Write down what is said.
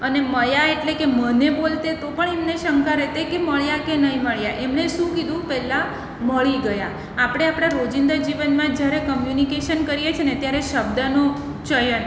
અને એટલે મળ્યા કે મને બોલતે તો પણ એમને શંકા રહેતી કે મળ્યા કે નહીં મળ્યા એમને શું કીધું પહેલાં મળી ગયા આપણે આપણા રોજિંદા જીવનમાં જ્યારે કમ્યુનિકેશન કરીએ છીએ ને ત્યારે શબ્દનો ચયન